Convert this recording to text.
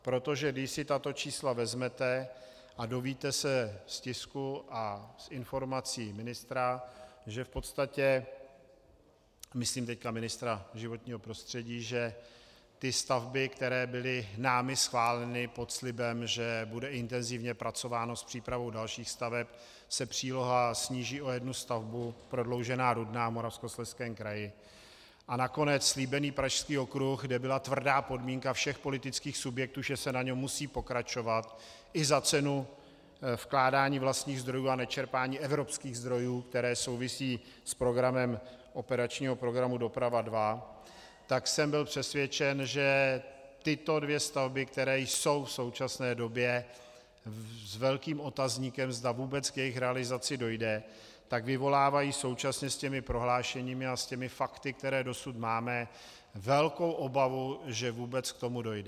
Protože když si tato čísla vezmete a dozvíte se z tisku a z informací ministra, že v podstatě, myslím teď ministra životního prostředí, že ty stavby, které byly námi schváleny pod slibem, že bude intenzivně pracováno s přípravou dalších staveb, se příloha sníží o jednu stavbu prodloužená Rudná v Moravskoslezském kraji a nakonec slíbený Pražský okruh, kde byla tvrdá podmínka všech politických subjektů, že se na něm musí pokračovat i za cenu vkládání vlastních zdrojů a nečerpání evropských zdrojů, které souvisí s programem operačního programu Doprava II, tak jsem byl přesvědčen, že tyto dvě stavby, které jsou v současné době s velkým otazníkem, zda vůbec k jejich realizaci dojde, vyvolávají současně s těmi prohlášeními a s těmi fakty, které dosud máme, velkou obavu, že vůbec k tomu dojde.